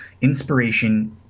inspiration